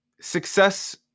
Success